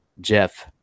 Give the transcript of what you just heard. Jeff